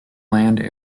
land